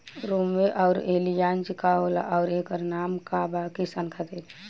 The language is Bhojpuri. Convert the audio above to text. रोम्वे आउर एलियान्ज का होला आउरएकर का काम बा किसान खातिर?